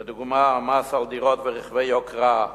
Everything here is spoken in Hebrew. לדוגמה: המס על דירות ורכבי יוקרה,